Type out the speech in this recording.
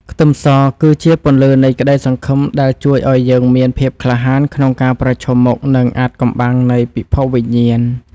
ខ្ទឹមសគឺជាពន្លឺនៃក្តីសង្ឃឹមដែលជួយឱ្យយើងមានភាពក្លាហានក្នុងការប្រឈមមុខនឹងអាថ៌កំបាំងនៃពិភពវិញ្ញាណ។